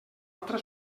altra